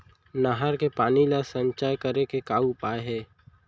नहर के पानी ला संचय करे के का उपाय हे?